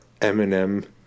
Eminem